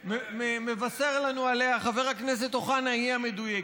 שמבשר לנו חבר הכנסת אוחנה היא המדויקת.